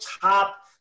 top